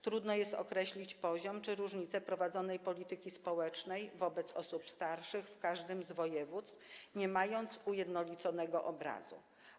Trudno jest określić poziom czy różnice prowadzonej polityki społecznej wobec osób starszych w każdym z województw, nie mając ujednoliconego obrazu.